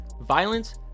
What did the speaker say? Violence